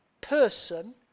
person